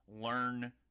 learn